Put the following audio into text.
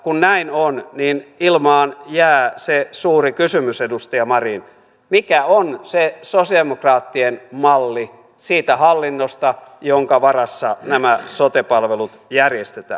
kun näin on niin ilmaan jää se suuri kysymys edustaja marin mikä on se sosialidemokraattien malli siitä hallinnosta jonka varassa nämä sote palvelut järjestetään